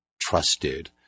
trusted